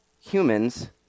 humans